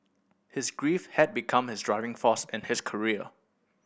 his grief had become his driving force in his career